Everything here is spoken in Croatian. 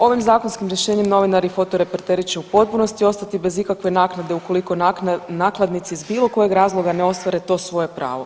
Ovim zakonskim rješenjem novinari i fotoreporteri će u potpunosti ostati bez ikakve naknade, ukoliko nakladnici iz bilo kojeg razloga ne ostvare to svoje pravo.